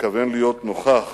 מתכוון להיות נוכח